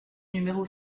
numéro